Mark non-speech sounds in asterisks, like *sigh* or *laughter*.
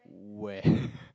where *breath*